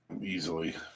easily